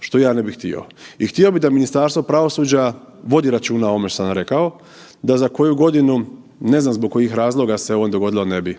što ja ne bih htio. I htio bih da Ministarstvo pravosuđa vodi računa o ovome što sam rekao, da za koju godinu, ne znam zbog kojih razloga se ovo dogodilo ne bi.